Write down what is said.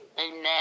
Amen